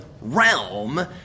realm